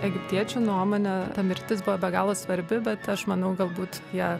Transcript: egiptiečių nuomone ta mirtis buvo be galo svarbi bet aš manau galbūt jie